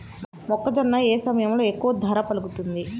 మొక్కజొన్న ఏ సమయంలో ఎక్కువ ధర పలుకుతుంది?